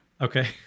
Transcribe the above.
Okay